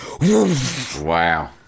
Wow